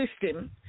system